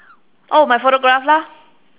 oh my photograph lah